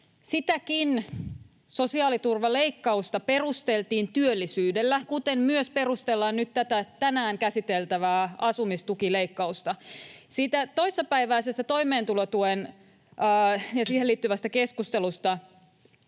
Sitäkin sosiaaliturvaleikkausta perusteltiin työllisyydellä, kuten myös perustellaan nyt tätä tänään käsiteltävää asumistukileikkausta. Siinä toissapäiväisessä toimeentulotukeen liittyvässä keskustelussa